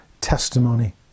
testimony